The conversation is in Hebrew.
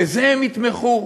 בזה הם יתמכו?